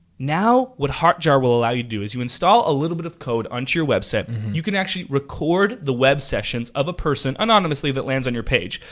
now what hotjar will allow you to do, is you install a little bit of code onto your website. and you can actually record the web sessions of a person, anonymously that lands on your page,